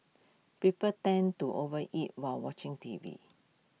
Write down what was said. people tend to overeat while watching T V